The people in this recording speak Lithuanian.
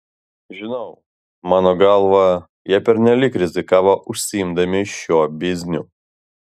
žinau mano galva jie pernelyg rizikavo užsiimdami šiuo bizniu